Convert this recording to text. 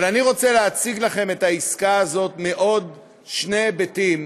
אבל אני רוצה להציג לכם את העסקה הזאת מעוד שני היבטים,